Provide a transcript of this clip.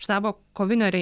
štabo kovinio re